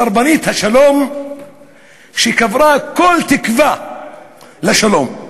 סרבנית השלום שקברה כל תקווה לשלום.